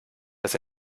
dass